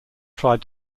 tried